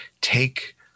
take